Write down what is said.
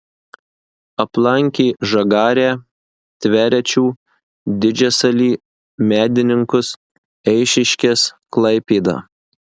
aplankė žagarę tverečių didžiasalį medininkus eišiškes klaipėdą